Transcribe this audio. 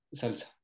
salsa